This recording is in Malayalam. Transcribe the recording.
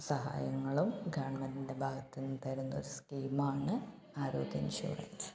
സഹായങ്ങളും ഗെവണ്മെൻ്റിൻ്റെ ഭാഗത്ത് നിന്ന് തരുന്ന ഒരു സ്കീമാണ് ആരോഗ്യ ഇൻഷുറൻസ്